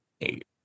eight